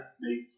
make